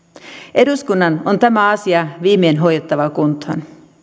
eduskunnan on tämä asia viimein hoidettava kuntoon